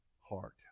heart